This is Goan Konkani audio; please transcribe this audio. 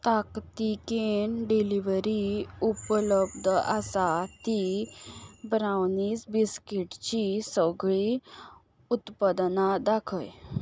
ताकतिकेन डिलिव्हरी उपलब्ध आसात ती ब्रावनीज बास्किटची सगळी उत्पदनां दाखय